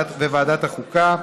וועדת החוקה,